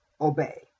obey